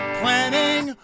planning